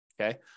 okay